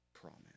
promise